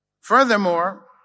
Furthermore